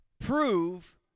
prove